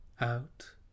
out